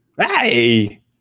Hey